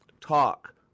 talk